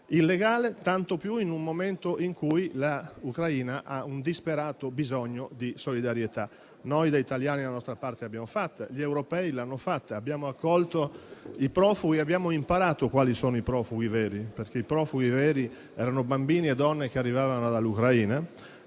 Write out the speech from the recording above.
illegale, tanto più in un momento in cui l'Ucraina ha un disperato bisogno di solidarietà. Noi, da italiani, la nostra parte l'abbiamo fatta; gli europei l'hanno fatta. Abbiamo accolto i profughi. Abbiamo imparato quali sono i profughi veri, perché i profughi veri erano i bambini e le donne che arrivavano dall'Ucraina.